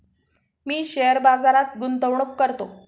मी share बाजारात गुंतवणूक करतो